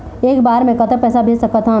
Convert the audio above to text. एक बार मे कतक पैसा भेज सकत हन?